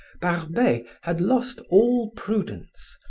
barbey had lost all prudence,